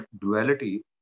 duality